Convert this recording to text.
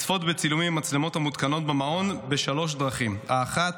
לצפות בצילומים ממצלמות המותקנות במעון בשלוש דרכים: האחת,